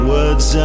Words